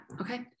Okay